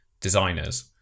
designers